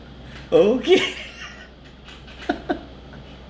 okay